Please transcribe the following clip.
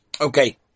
Okay